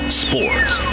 sports